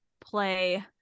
play